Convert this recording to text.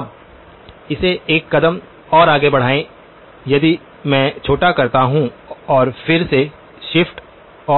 अब इसे एक कदम और आगे बढ़ाएं यदि मैं छोटा करता हूं और फिर से शिफ्ट